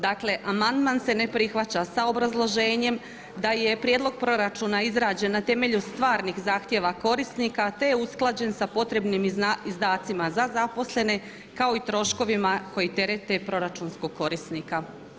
Dakle amandman se ne prihvaća sa obrazloženjem da je prijedlog proračuna izrađen na temelju stvarnih zahtjeva korisnika, te je usklađen sa potrebnim izdacima za zaposlene kao i troškovima koji terete proračunskog korisnika.